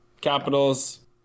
capitals